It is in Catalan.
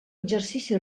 exercici